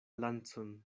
lancon